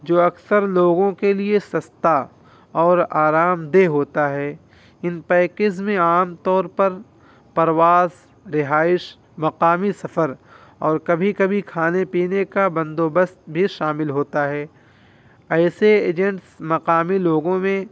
جو اکثر لوگوں کے لیے سستا اور آرام دہ ہوتا ہے ان پیکز میں عام طور پر پرواز رہائش مقامی سفر اور کبھی کبھی کھانے پینے کا بندوبست بھی شامل ہوتا ہے ایسے ایجنٹس مقامی لوگوں میں